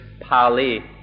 Pali